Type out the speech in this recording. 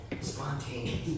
spontaneous